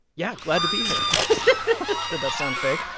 yeah, glad to be here did that sound fake?